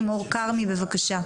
המשפטים.